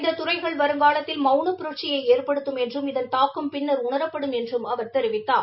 இந்த துறைகள் வருங்காலத்தில் மவுன புரட்சியை ஏற்படுத்தும் என்றும் இதன் தாக்கம் பின்னர் உணரப்படும் என்றம் அவர் தெரிவித்தார்